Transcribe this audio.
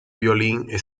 violín